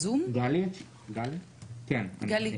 שוויוניים וזה יכול לייצר כל מיני מצבים כאלה ואחרים.